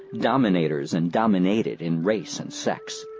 dominate-rs and dominated in race and sex.